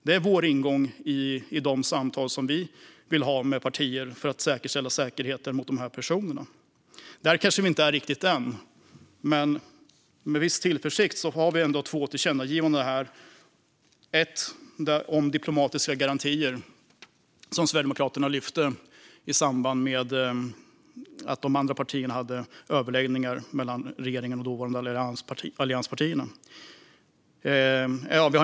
Det är vår ingång i de samtal som vi vill ha med partier för att säkerställa säkerheten. Där är vi kanske inte riktigt än, men vi ser ändå med tillförsikt på att vi har två tillkännagivanden bland annat om diplomatiska garantier, något som Sverigedemokraterna lyfte i samband med att de andra partierna hade överläggningar mellan regeringen och dåvarande allianspartierna.